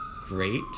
great